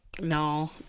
No